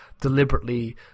deliberately